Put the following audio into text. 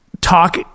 talk